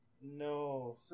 No